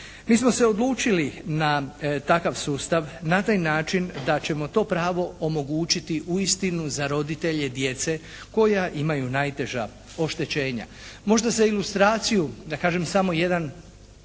Mi smo se odlučili na takav sustav na taj način da ćemo to pravo omogućiti uistinu za roditelje djece koja imaju najteža oštećenja. Možda za ilustraciju da kažem samo jedan